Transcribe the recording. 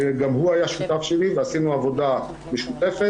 שגם הוא היה שותף שלי ועשינו עבודה משותפת,